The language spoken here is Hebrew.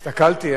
הסתכלתי,